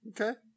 Okay